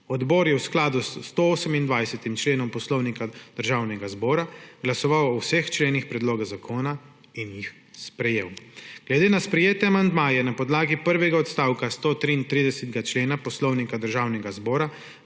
Odbor je v skladu s 128. členom Poslovnika Državnega zbora glasoval o vseh členih predloga zakona in jih sprejel. Glede na sprejete amandmaje je na podlagi prvega odstavka 133. člena Poslovnika Državnega zbora